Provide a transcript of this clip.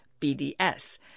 BDS